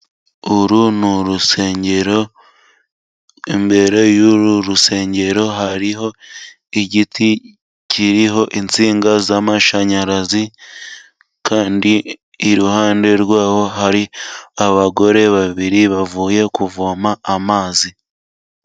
Uru ni urusengero, imbere y'uru rusengero hariho igiti kiriho insinga z'amashanyarazi kandi iruhande rwaho hari abagore babiri bavuye kuvoma amazi.